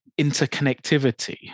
interconnectivity